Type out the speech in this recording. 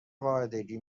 قاعدگی